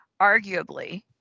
arguably